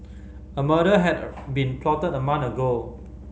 a murder had been plotted a month ago